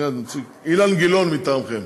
אילן גילאון מטעמכם.